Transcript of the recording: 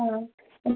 ആണോ